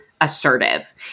assertive